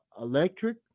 electric